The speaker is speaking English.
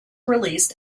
released